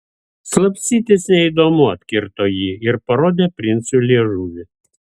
slapstytis neįdomu atkirto ji ir parodė princui liežuvį